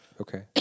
Okay